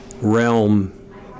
realm